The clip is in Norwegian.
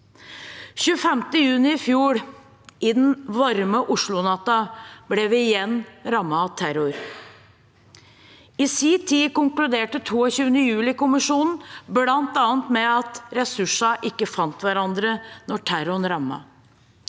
25. juni i fjor, i den varme Oslo-natta, ble vi igjen rammet av terror. I sin tid konkluderte 22. julikommisjonen bl.a. med at ressursene ikke fant hverandre da terroren rammet.